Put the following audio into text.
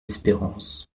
espérances